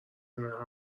کنار